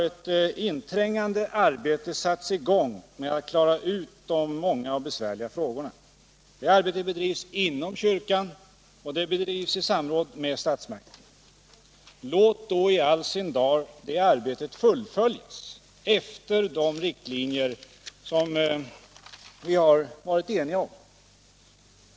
Ett inträngande arbete har satts i gång med att klara ut de många och besvärliga frågorna. Det arbetet bedrivs inom kyrkan och i samråd med statsmakterna. Låt då i all sin dar det arbetet fullföljas efter de riktlinjer som vi har varit eniga om!